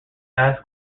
vast